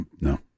No